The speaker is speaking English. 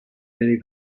very